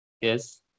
Yes